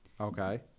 Okay